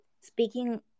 Speaking